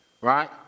right